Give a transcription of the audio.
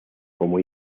como